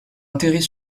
atterrit